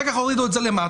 אחר כך הורידו את זה למטה,